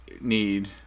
need